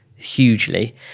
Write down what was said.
hugely